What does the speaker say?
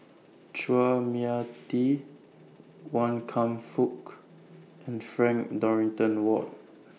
Chua Mia Tee Wan Kam Fook and Frank Dorrington Ward